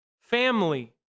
family